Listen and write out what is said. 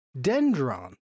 dendron